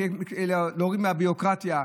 להוריד מהביורוקרטיה.